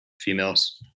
female's